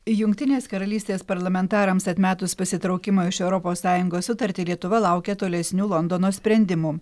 jungtinės karalystės parlamentarams atmetus pasitraukimo iš europos sąjungos sutartį lietuva laukia tolesnių londono sprendimų